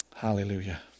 Hallelujah